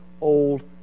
old